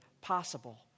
possible